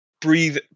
breathe